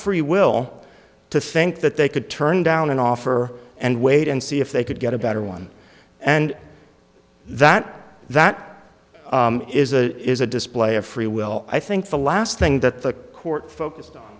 free will to think that they could turn down an offer and wait and see if they could get a better one and that that is a is a display of free will i think the last thing that the court focused